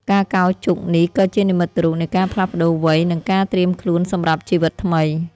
ការកោរជុកនេះក៏ជានិមិត្តរូបនៃការផ្លាស់ប្តូរវ័យ និងការត្រៀមខ្លួនសម្រាប់ជីវិតថ្មី។